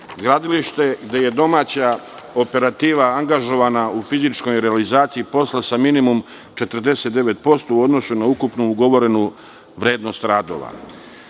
gradilište gde je domaća operativa angažovana u fizičkoj realizaciji posla sa minimum 49% u odnosu na ukupnu ugovorenu vrednost radova. Kada